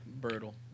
brutal